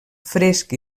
fresc